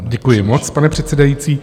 Děkuji moc, pane předsedající.